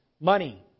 money